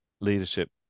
leadership